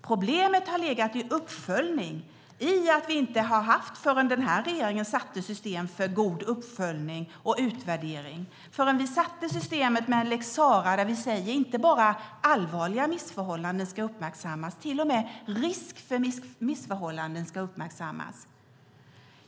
Problemet har legat i uppföljningen, fram till att den här regeringen satte ett system för god uppföljning och utvärdering - fram till att vi satte systemet med lex Sarah, där vi säger att inte bara allvarliga missförhållanden ska uppmärksammas utan att till och med risk för missförhållanden ska uppmärksammas.